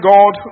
God